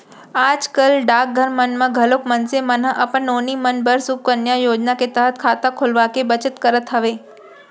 आज कल डाकघर मन म घलोक मनसे मन ह अपन नोनी मन बर सुकन्या योजना के तहत खाता खोलवाके बचत करत हवय